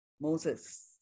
Moses